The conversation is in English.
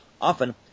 often